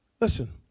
listen